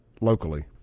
locally